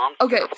Okay